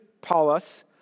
Paulus